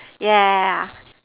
yeah yeah yeah